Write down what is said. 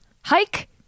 Hike